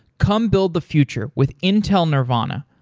come build the future with intel nervana.